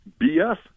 BS